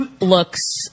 looks